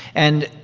and,